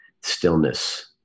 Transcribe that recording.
stillness